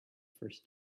first